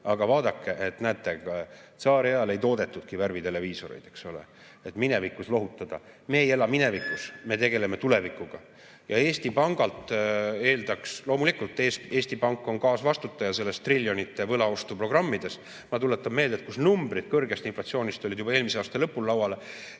Aga vaadake, näete, tsaariajal ei toodetudki värviteleviisoreid, eks ole. Minevikuga lohutada – me ei ela minevikus, me tegeleme tulevikuga. Ja Eesti Pangalt eeldaks – loomulikult Eesti Pank on kaasvastutaja nendes triljonilistes võlaostuprogrammides. Ma tuletan meelde, et kõrge inflatsiooni numbrid olid juba eelmise aasta lõpus laual.